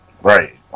Right